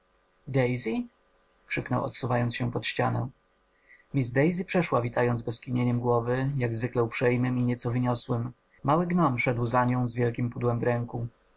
krzyknął odsuwając się pod ścianę miss daisy przeszła witając go skinieniem głowy jak zwykle uprzejmem i nieco wyniosłem mały groom szedł za nią z wielkiem pudłem w ręku